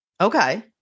Okay